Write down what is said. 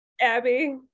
Abby